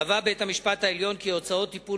קבע בית-המשפט העליון כי הוצאות טיפול